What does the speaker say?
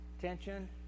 Tension